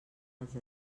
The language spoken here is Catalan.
els